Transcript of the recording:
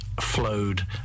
flowed